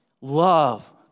Love